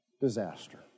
disaster